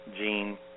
gene